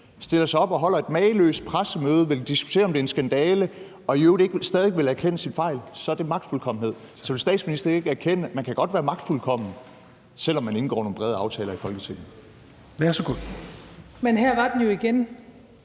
stiller sig op og holder et mageløst pressemøde, vil diskutere, om det er en skandale, og i øvrigt stadig ikke vil erkende sine fejl, så er det magtfuldkommenhed. Så vil statsministeren ikke erkende, at man godt kan være magtfuldkommen, selv om man indgår nogle brede aftaler i Folketinget? Kl. 22:50 Tredje